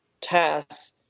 tasks